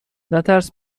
نترس